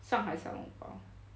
上海小笼包